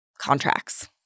contracts